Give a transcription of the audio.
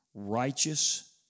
righteous